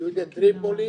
יהודי טריפולי